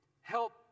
help